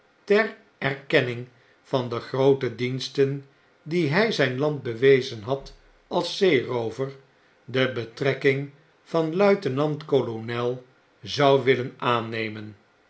ter erkenning van de groote diensten die hij zijn land bewezen had als zeeroover de betrekking van luitenant-kolonel zou willen aannemen